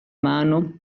mano